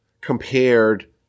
compared